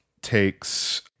takes